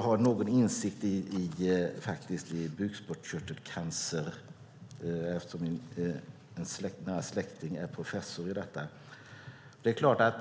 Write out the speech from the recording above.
har någon insikt i bukspottkörtelcancer eftersom en släkting är professor inom det området.